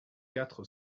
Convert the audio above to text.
quatre